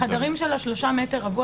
החדרים של ה-3 מ"ר,